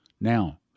Now